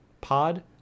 Pod